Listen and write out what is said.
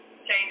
change